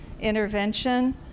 intervention